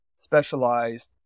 specialized